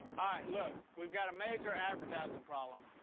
ah look. we've got a major advertising problem.